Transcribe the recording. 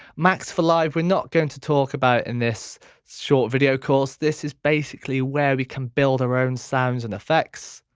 max for live we're not going to talk about in this short video course. this is basically where we can build our own sounds and effects.